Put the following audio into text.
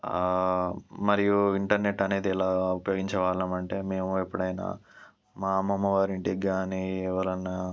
మరియు ఇంటర్నెట్ అనేది ఎలా ఉపయోగించే వాళ్ళమంటే మేము ఎప్పుడైనా మా అమ్మమ్మ వారి ఇంటికి కానీ ఎవరైనా